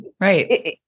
right